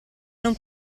non